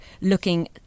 looking